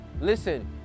Listen